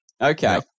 Okay